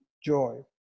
joy